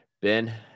Ben